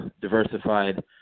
diversified